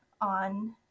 on